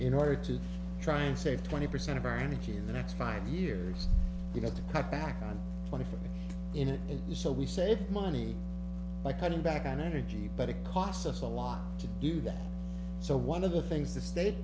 in order to try and save twenty percent of our energy in the next five years you know to cut back on money in it and so we save money by cutting back on energy but it costs us a lot to do that so one of the things the state